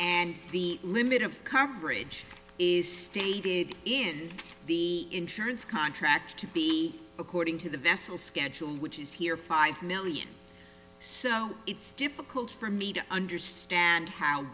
and the limit of coverage is stated in the insurance contract to be according to the vessel schedule which is here five million so it's difficult for me to understand how